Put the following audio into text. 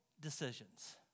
decisions